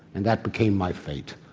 and that became my fate.